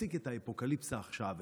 להפסיק את ה"אפוקליפסה עכשיו",